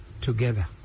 together